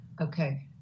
Okay